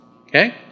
Okay